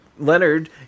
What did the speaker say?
Leonard